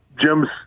Jim's